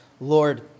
Lord